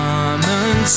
Common